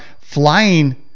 flying